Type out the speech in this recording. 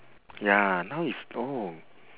ya now he's old